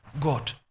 God